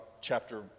chapter